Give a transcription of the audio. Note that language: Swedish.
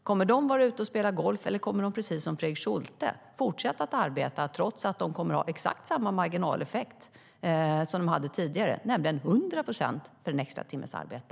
Kommer de att vara ute och spela golf, eller kommer de, precis som Fredrik Schulte, att fortsätta arbeta trots att de kommer att ha exakt samma marginaleffekt som de hade tidigare, nämligen 100 procent, för en extra timmes arbete?